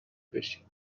بشین